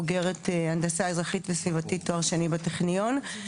בוגרת הנדסה אזרחית וסביבתית תואר שני בטכניון,